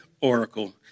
oracle